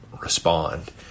respond